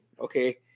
okay